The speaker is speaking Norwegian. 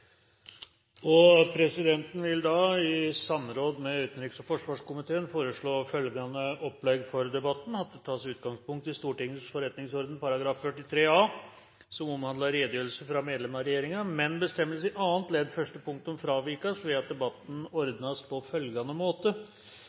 handle. Presidenten vil i samråd med utenriks- og forsvarskomiteen foreslå følgende opplegg for debatten: Det tas utgangspunkt i Stortingets forretningsorden § 43 a, som omhandler redegjørelse fra medlem av regjeringen, men bestemmelsen i annet ledd første punktum fravikes ved at debatten ordnes på følgende måte: